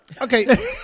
okay